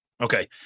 Okay